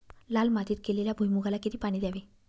लाल मातीत केलेल्या भुईमूगाला किती पाणी द्यावे?